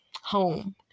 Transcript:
Home